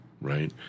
right